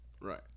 Right